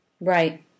Right